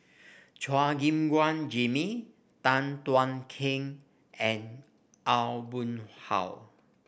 Chua Gim Guan Jimmy Tan Thuan Heng and Aw Boon Haw